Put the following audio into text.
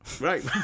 Right